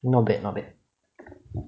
not bad not bad